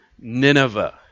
Nineveh